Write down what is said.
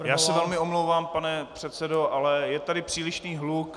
Já se velmi omlouvám, pane předsedo, ale je tady přílišný hluk.